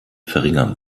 verringern